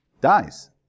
dies